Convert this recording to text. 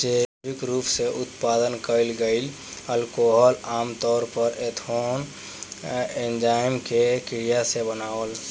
जैविक रूप से उत्पादन कईल गईल अल्कोहल आमतौर पर एथनॉल आ एन्जाइम के क्रिया से बनावल